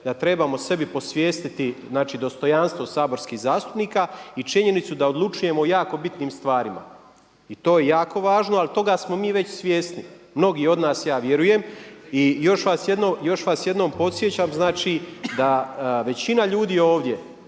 da trebamo sebi posvijestiti znači dostojanstvo saborskih zastupnika i činjenicu da odlučujemo o jako bitnim stvarima. I to je jako važno ali toga smo mi već svjesni, mnogi od nas, ja vjerujem. I još vas jednom podsjećam znači da većina ljudi ovdje